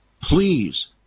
please